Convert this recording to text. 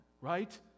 Right